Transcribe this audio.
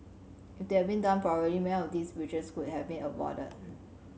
if they had been done properly many of these breaches could have been avoided